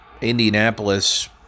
Indianapolis